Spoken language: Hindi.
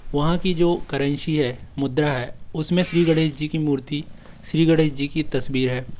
वहाँ की जो करेन्शी है मुद्रा है उसमें श्री गणेश जी की मूर्ति श्री गणेश जी की तस्वीर है